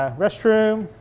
ah restroom.